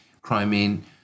Crimean